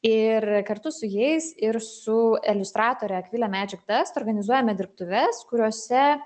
ir kartu su jais ir su eliustratore akvile magicdust organizuojame dirbtuves kuriose